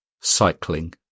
Cycling